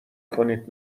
کنید